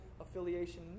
affiliation